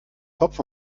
kopf